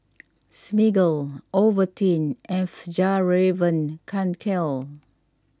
Smiggle Ovaltine and Fjallraven Kanken